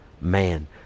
man